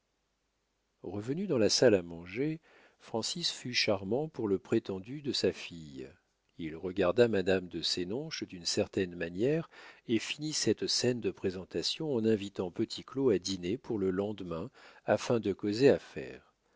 revenu dans la salle à manger francis fut charmant pour le prétendu de sa fille il regarda madame de sénonches d'une certaine manière et finit cette scène de présentation en invitant petit claud à dîner pour le lendemain afin de causer affaires